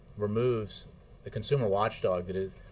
removes the consumer watchdog that is